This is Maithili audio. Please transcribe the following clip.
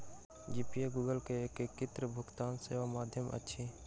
जी पे गूगल के एकीकृत भुगतान सेवाक माध्यम अछि